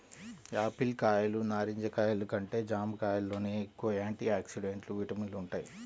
Apple కాయలు, నారింజ కాయలు కంటే జాంకాయల్లోనే ఎక్కువ యాంటీ ఆక్సిడెంట్లు, విటమిన్లు వుంటయ్